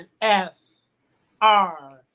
F-R